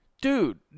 Dude